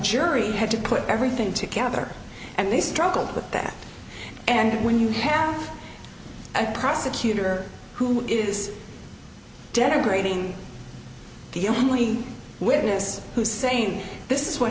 jury had to put everything together and they struggled with that and when you have a prosecutor who is denigrating the only witness who saying this is what